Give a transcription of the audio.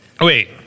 wait